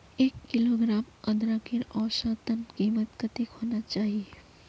एक किलोग्राम अदरकेर औसतन कीमत कतेक होना चही?